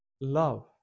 Love